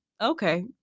Okay